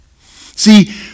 See